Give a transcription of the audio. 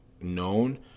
known